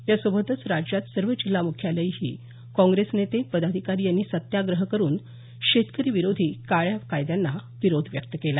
यासोबतच राज्यात सर्व जिल्हा मुख्यालयीही काँग्रेस नेते पदाधिकारी यांनी सत्याग्रह करून शेतकरी विरोधी काळ्या कायद्यांना विरोध व्यक्त केला